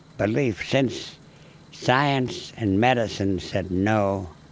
belief since science and medicine said no,